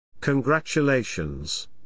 Congratulations